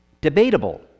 debatable